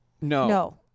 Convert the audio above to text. No